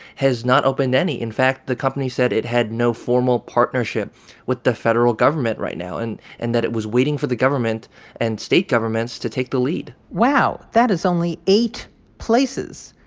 has not opened any. in fact, the company said it had no formal partnership with the federal government right now and and that it was waiting for the government and state governments to take the lead wow. that is only eight places.